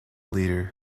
leader